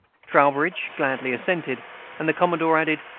trowbridge gladly assented and the commodore added,